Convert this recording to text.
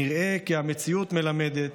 נראה כי המציאות מלמדת